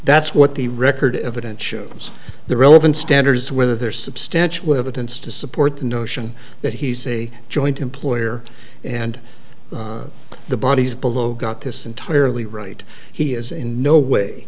that's what the record evidence shows the relevant standard is whether there's substantial evidence to support the notion that he's a joint employer and the bodies below got this entirely right he is in no